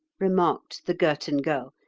remarked the girton girl,